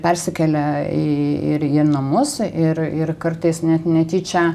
persikelia iii ir į namus ir ir kartais net netyčia